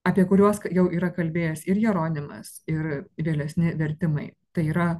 apie kuriuos jau yra kalbėjęs ir jeronimas ir vėlesni vertimai tai yra